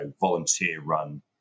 volunteer-run